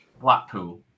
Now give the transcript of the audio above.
Blackpool